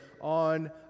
on